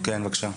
כן, בבקשה.